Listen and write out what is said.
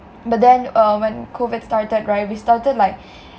but then uh when COVID started right we started like